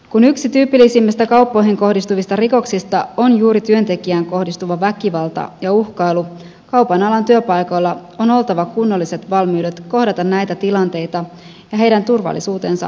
kun yksi tyypillisimmistä kauppoihin kohdistuvista rikoksista on juuri työntekijään kohdistuva väkivalta ja uhkailu kaupan alan työpaikoilla on oltava kunnolliset valmiudet kohdata näitä tilanteita ja heidän turvallisuutensa on taattava